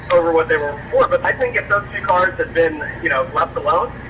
over what they were before. but i think if those two cars had been you know left alone,